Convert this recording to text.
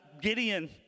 Gideon